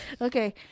Okay